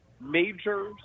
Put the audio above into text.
major